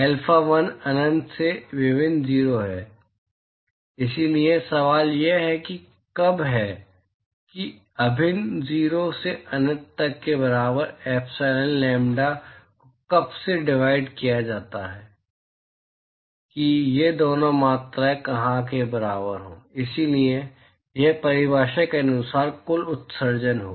alpha 1 अनंत से अभिन्न 0 है इसलिए सवाल यह है कि कब है कि अभिन्न 0 से अनंत तक के बराबर एप्सिलॉन लैम्ब्डा को कब से डिवाइड किया जाता है कि ये दो मात्राएँ कहाँ के बराबर हैं इसलिए यह परिभाषा के अनुसार कुल उत्सर्जन है